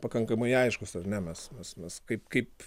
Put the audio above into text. pakankamai aiškus ar ne mes mes mes kaip kaip